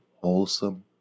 wholesome